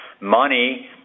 money